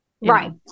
right